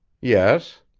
yes.